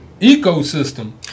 ecosystem